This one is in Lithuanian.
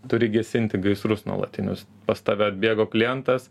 turi gesinti gaisrus nuolatinius pas tave atbėgo klientas